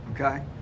Okay